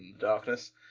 darkness